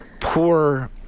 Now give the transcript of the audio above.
poor